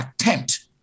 attempt